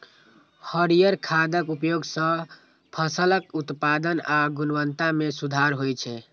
हरियर खादक उपयोग सं फसलक उत्पादन आ गुणवत्ता मे सुधार होइ छै